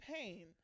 Pain